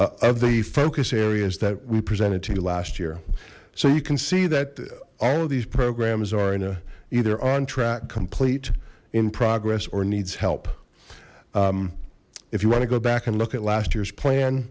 of the focus areas that we presented to you last year so you can see that all of these programs are in a either on track complete in progress or needs help if you want to go back and look at last year's plan